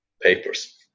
papers